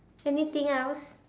anything else